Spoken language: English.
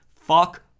Fuck